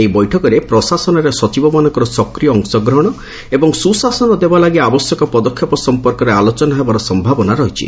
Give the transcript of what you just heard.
ଏହି ବୈଠକରେ ପ୍ରଶାସନରେ ସଚିବମାନଙ୍କର ସକ୍ରିୟ ଅଂଶଗ୍ରହଣ ଏବଂ ସ୍ତଶାସନ ଦେବା ଲାଗ ଆବଶ୍ୟକ ପଦକ୍ଷେପ ସମ୍ପର୍କରେ ଆଲୋଚନା ହେବାର ସମ୍ଭାବନା ରହିଛି